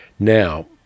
Now